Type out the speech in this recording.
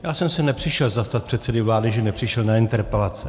Já jsem se nepřišel zastat předsedy vlády, že nepřišel na interpelace.